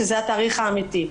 שזה התאריך האמיתי.